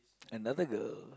another girl